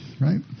right